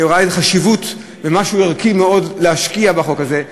וראה חשיבות וערך רב בהשקעה בחוק הזה,